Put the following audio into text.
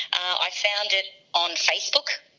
i found it on facebook,